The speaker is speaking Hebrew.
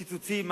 קיצוצים,